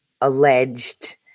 alleged